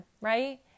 right